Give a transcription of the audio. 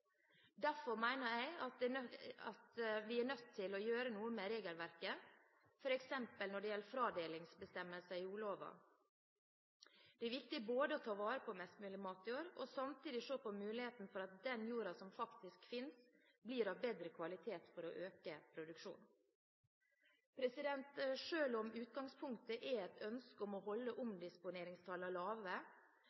Derfor mener jeg at vi er nødt til å gjøre noe med regelverket, f.eks. når det gjelder fradelingsbestemmelsene i jordloven. Det er viktig både å ta vare på mest mulig matjord og samtidig se på muligheten for at den jorda som faktisk finnes, blir av bedre kvalitet, for å øke produksjonen. Selv om utgangspunktet er et ønske om å holde